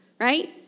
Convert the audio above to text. right